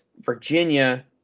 Virginia